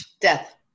Death